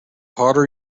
harder